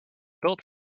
built